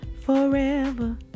Forever